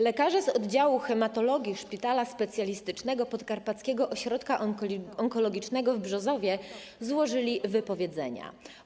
Lekarze z oddziału hematologii Szpitala Specjalistycznego - Podkarpackiego Ośrodka Onkologicznego w Brzozowie złożyli wypowiedzenia.